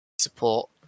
support